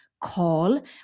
call